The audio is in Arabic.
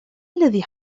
الذي